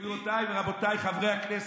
גבירותיי ורבותיי חברי הכנסת,